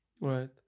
Right